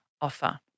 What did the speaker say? offer